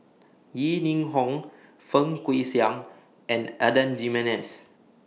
Yeo Ning Hong Fang Guixiang and Adan Jimenez